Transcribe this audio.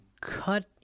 cut